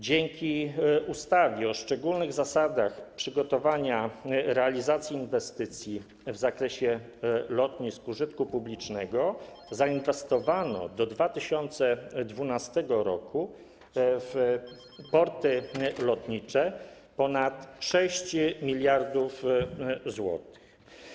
Dzięki ustawie o szczególnych zasadach przygotowania i realizacji inwestycji w zakresie lotnisk użytku publicznego zainwestowano do 2012 r. w porty lotnicze ponad 6 mld zł.